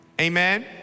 Amen